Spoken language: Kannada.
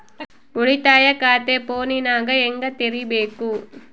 ಉಳಿತಾಯ ಖಾತೆ ಫೋನಿನಾಗ ಹೆಂಗ ತೆರಿಬೇಕು?